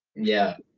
yeah.